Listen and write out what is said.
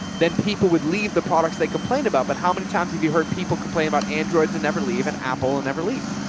then people would leave the products they complain about. but how many times have you heard people complain about androids and never leave an apple and never leave?